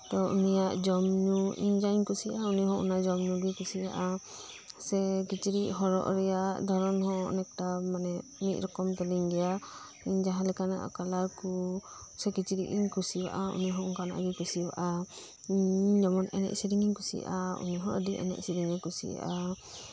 ᱛᱚ ᱩᱱᱤᱭᱟᱜ ᱡᱚᱢ ᱧᱩ ᱤᱧ ᱡᱟᱦᱟᱸ ᱜᱤᱧ ᱠᱩᱥᱤᱭᱟᱜᱼᱟ ᱩᱱᱤ ᱦᱚᱸ ᱚᱱᱟᱜᱮᱭ ᱠᱩᱥᱤᱭᱟᱜᱼᱟ ᱥᱮ ᱠᱤᱪᱨᱤᱡ ᱦᱚᱨᱚᱜ ᱨᱮᱭᱟᱜ ᱫᱷᱚᱨᱚᱱ ᱦᱚᱸ ᱚᱱᱮᱠᱴᱟ ᱢᱟᱱᱮ ᱢᱤᱫ ᱨᱚᱠᱚᱢ ᱛᱟᱹᱞᱤᱧ ᱜᱮᱭᱟ ᱤᱧ ᱡᱟᱦᱟᱸ ᱞᱮᱠᱟᱱᱟᱜ ᱠᱟᱞᱟᱨ ᱠᱚ ᱥᱮ ᱠᱤᱪᱨᱤᱡ ᱤᱧ ᱠᱩᱥᱤᱭᱟᱜᱼᱟ ᱩᱱᱤ ᱦᱚᱸ ᱚᱱᱠᱟᱱᱟᱜ ᱜᱮᱭ ᱠᱩᱥᱤᱭᱟᱜᱼᱟ ᱤᱧ ᱡᱮᱢᱚᱱ ᱮᱱᱮᱡ ᱥᱮᱹᱨᱮᱹᱧ ᱤᱧ ᱠᱩᱥᱤᱭᱟᱜᱼᱟ ᱩᱱᱤ ᱦᱚᱸ ᱮᱱᱮᱡ ᱥᱮᱹᱨᱮᱹᱧᱮ ᱠᱩᱥᱤᱭᱟᱜᱼᱟ